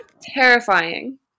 Terrifying